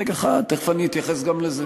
רגע אחד, תכף אני אתייחס גם לזה.